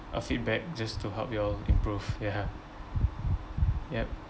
a feedback just to help you all improve ya yup